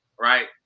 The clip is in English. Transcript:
right